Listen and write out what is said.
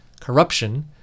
corruption